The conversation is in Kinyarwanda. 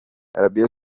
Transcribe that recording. arabie